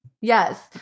yes